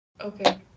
okay